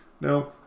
now